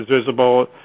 visible